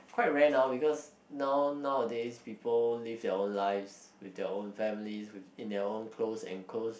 quite rare now because now nowadays people live their lives with their own family with in their own close enclose